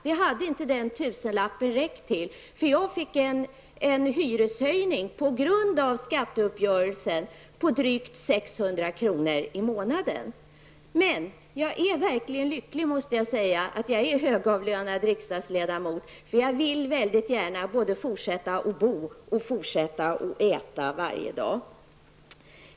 Det hade inte den tusenlappen räckt till. Jag fick en hyreshöjning, på grund av skatteuppgörelsen, på drygt 600 kr. i månaden. Men jag är verkligen lycklig att jag är högavlönad riksdagsledamot, för jag vill gärna fortsätta både att bo och äta varje dag.